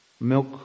milk